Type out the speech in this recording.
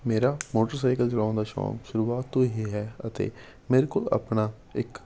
ਮੇਰਾ ਮੋਟਰਸਾਈਕਲ ਚਲਾਉਣ ਦਾ ਸ਼ੌਕ ਸ਼ੁਰੂਆਤ ਤੋਂ ਹੀ ਹੈ ਅਤੇ ਮੇਰੇ ਕੋਲ ਆਪਣਾ ਇੱਕ